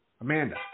Amanda